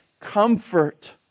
comfort